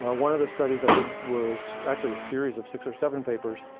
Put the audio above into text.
one of the studies i did was actually a series of six or seven papers